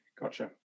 Gotcha